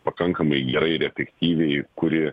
pakankamai gerai ir efektyviai kuri